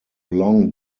long